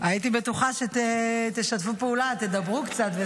--- הייתי בטוחה שתשתפו פעולה, תדברו קצת.